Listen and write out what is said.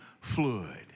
fluid